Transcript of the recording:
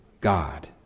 God